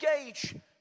engage